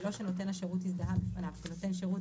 שלא שנותן השירות הזדהה בפניו כנותן שירות